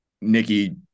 Nikki